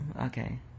Okay